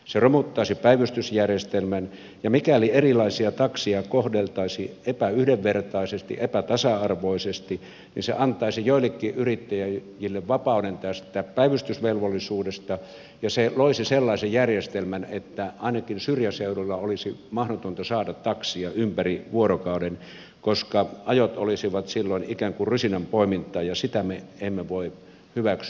se romuttaisi päivystysjärjestelmän ja mikäli erilaisia takseja kohdeltaisiin epäyhdenvertaisesti epätasa arvoisesti niin se antaisi joillekin yrittäjille vapauden tästä päivystysvelvollisuudesta ja se loisi sellaisen järjestelmän että ainakin syrjäseudulla olisi mahdotonta saada taksia ympäri vuorokauden koska ajot olisivat silloin ikään kuin rusinan poimintaa ja sitä me emme voi hyväksyä